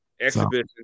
exhibition